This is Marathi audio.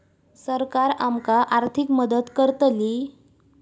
सरकार आमका आर्थिक मदत करतली?